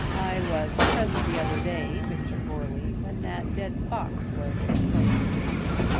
i was present the other day, mr. goarly, when that dead fox was exposed to view.